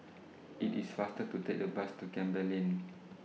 IT IS faster to Take The Bus to Campbell Lane